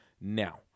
Now